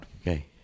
Okay